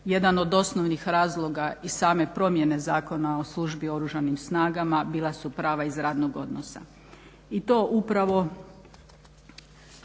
jedan od osnovnih razloga i same promjene Zakona o službi i oružanim snagama bila su prava iz radnog odnosa i to upravo